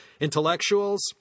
Intellectuals